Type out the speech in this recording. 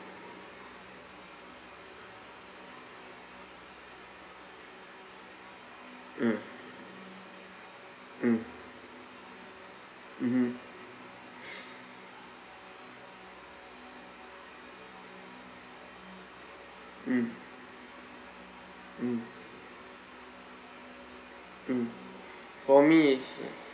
mm mm mmhmm mm mm mm for me